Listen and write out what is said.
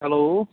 hello